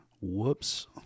whoops